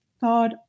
thought